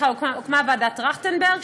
הוקמה ועדת טרכטנברג,